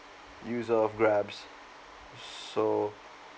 user of grabs so